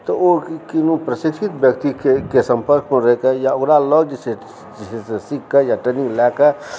तऽ ओ कोनो प्रशिक्षित व्यक्तिके सम्पर्कमे रहिके या ओकरा लग जे छै से सीखके या ट्रेनिंग लएके